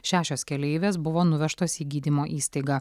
šešios keleivės buvo nuvežtos į gydymo įstaigą